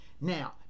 Now